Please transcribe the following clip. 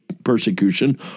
persecution